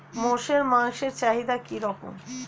মোষের মাংসের চাহিদা কি রকম?